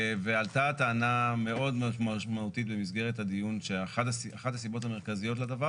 ועלתה טענה מאוד משמעותית במסגרת הדיון שאחת הסיבות המרכזיות לדבר